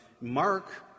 Mark